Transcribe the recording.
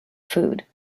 food